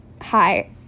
Hi